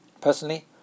Personally